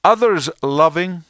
Others-loving